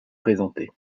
présenté